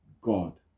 God